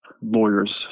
lawyers